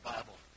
Bible